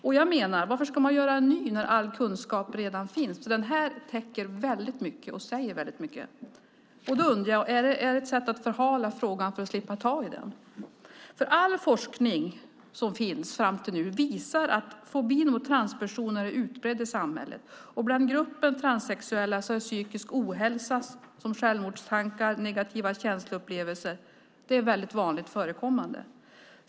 Varför ska man göra en ny när all kunskap redan finns? Den rapporten täcker väldigt mycket och säger väldigt mycket. Är det ett sätt att förhala frågan för att slippa ta i den? All forskning som finns visar att fobin mot transpersoner är utbredd i samhället. I gruppen transsexuella är psykisk ohälsa, som självmordstankar och negativa känsloupplevelser, väldigt vanligt förekommande.